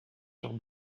sur